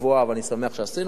ואני שמח שעשינו את זה,